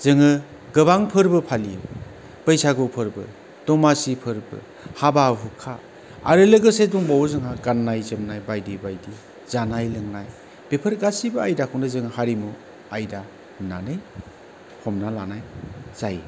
जोङो गोबां फोरबो फालियो बैसागु फोरबो दमासि फोरबो हाबा हुखा आरो लोगोसे दंबावो जोंहा गान्नाय जोमनाय बायदि बायदि जानाय लोंनाय बेफोर गासिबो आयदाखौनो जों हारिमु आयदा होन्नानै हमना लानाय जायो